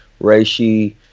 reishi